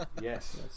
Yes